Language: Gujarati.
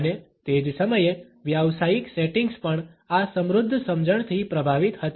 અને તે જ સમયે વ્યાવસાયિક સેટિંગ્સ પણ આ સમૃદ્ધ સમજણથી પ્રભાવિત હતી